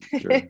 Sure